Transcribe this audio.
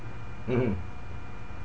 mmhmm